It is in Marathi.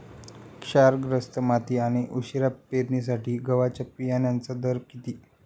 क्षारग्रस्त माती आणि उशिरा पेरणीसाठी गव्हाच्या बियाण्यांचा दर किती?